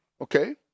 Okay